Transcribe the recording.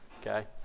Okay